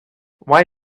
why